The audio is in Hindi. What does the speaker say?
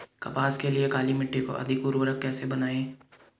कपास के लिए काली मिट्टी को अधिक उर्वरक कैसे बनायें?